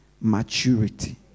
maturity